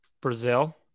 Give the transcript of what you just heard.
Brazil